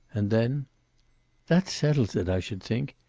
and then that settles it, i should think.